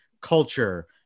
culture